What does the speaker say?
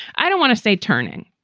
i don't want to say turning.